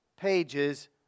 pages